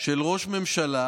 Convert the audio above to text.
של ראש ממשלה,